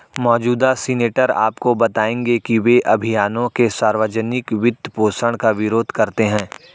मौजूदा सीनेटर आपको बताएंगे कि वे अभियानों के सार्वजनिक वित्तपोषण का विरोध करते हैं